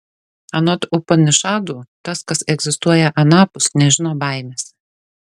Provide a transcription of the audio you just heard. anot upanišadų tas kas egzistuoja anapus nežino baimės